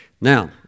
Now